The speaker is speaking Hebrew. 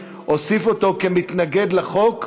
אנחנו מדברים על הדברים האלה כבר יותר מ-20